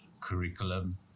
curriculum